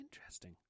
interesting